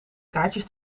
kaartjes